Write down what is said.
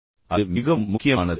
எனவே அது மிகவும் முக்கியமானது